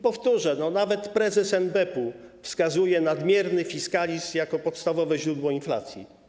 Powtórzę, nawet prezes NBP-u wskazuje nadmierny fiskalizm jako podstawowe źródło inflacji.